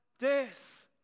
death